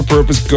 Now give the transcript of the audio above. Purpose